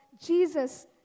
Jesus